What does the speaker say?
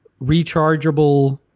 rechargeable